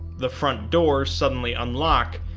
the front doors suddenly unlock,